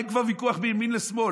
אין כבר ויכוח בין ימין לשמאל.